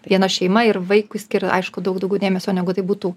viena šeima ir vaikui skiria aišku daug daugiau dėmesio negu tai būtų